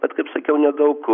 bet kaip sakiau nedaug